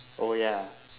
oh ya